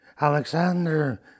Alexander